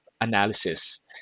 analysis